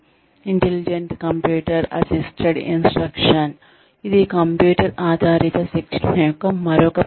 intelligent computer assisted instruction ఇది computer ఆధారిత శిక్షణ యొక్క మరొక పద్ధతి